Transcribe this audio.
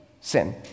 sin